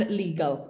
legal